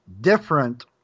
different